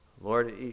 Lord